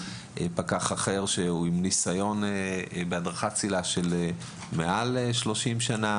יש לנו פקח עם ניסיון בהדרכת צלילה של מעל 30 שנה.